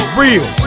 real